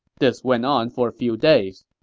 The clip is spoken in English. this went on for a few days.